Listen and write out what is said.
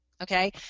Okay